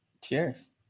cheers